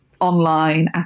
online